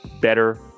better